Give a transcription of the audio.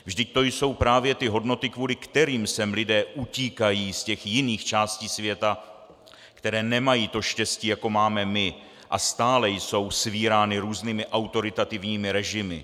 Vždyť to jsou právě ty hodnoty, kvůli kterým sem lidé utíkají z těch jiných částí světa, které nemají to štěstí, jako máme my, a stále jsou svírány různými autoritativními režimy.